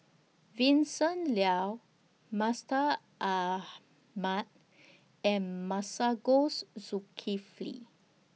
Vincent Leow Mustaq Ahmad and Masagos Zulkifli